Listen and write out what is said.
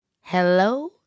Hello